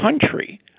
country